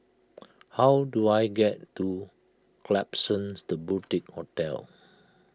how do I get to Klapsons the Boutique Hotel